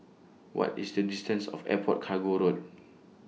What IS The distance to Airport Cargo Road